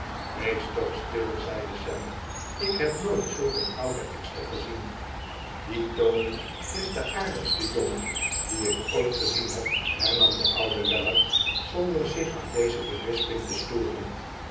wees toch stil zeide sam ik heb nooit zulk een ouden ekster gezien die tony is de aardigste jongen dien ik ooit gezien heb hernam de oude weller zonder zich aan deze berisping te storen